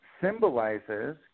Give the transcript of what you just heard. symbolizes